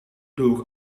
doe